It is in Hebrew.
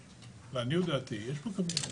לעניות דעתי, יש פה קווים אדומים.